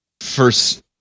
first